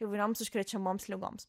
įvairioms užkrečiamoms ligoms